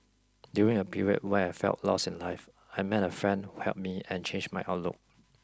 during a period when I felt lost in life I met a friend who helped me and changed my outlook